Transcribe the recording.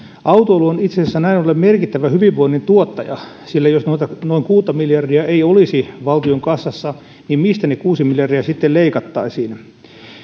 autoilu on itse asiassa näin ollen merkittävä hyvinvoinnin tuottaja sillä jos noita noin kuutta miljardia ei olisi valtion kassassa niin mistä ne kuusi miljardia sitten leikattaisiin